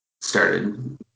started